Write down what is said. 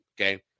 okay